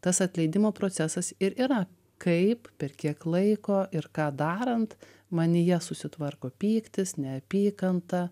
tas atleidimo procesas ir yra kaip per kiek laiko ir ką darant manyje susitvarko pyktis neapykanta